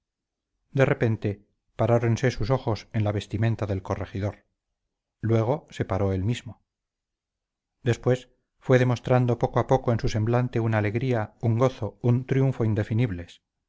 de repente paráronse sus ojos en la vestimenta del corregidor luego se paró él mismo después fue demostrando poco a poco en su semblante una alegría un gozo un triunfo indefinibles